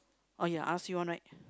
oh ya ask you one right